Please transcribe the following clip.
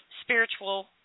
spiritual